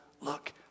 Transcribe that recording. look